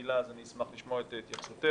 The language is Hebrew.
הילה, אז אשמח לשמוע את התייחסותך.